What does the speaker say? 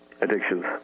addictions